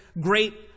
great